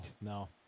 No